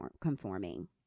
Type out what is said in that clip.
conforming